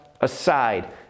aside